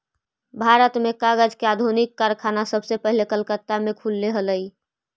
भारत में कागज के आधुनिक कारखाना सबसे पहले कलकत्ता में खुलले हलइ